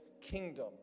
kingdom